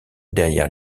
derrière